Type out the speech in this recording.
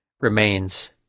remains